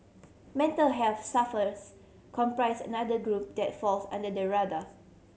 mental health suffers comprise another group that falls under the radar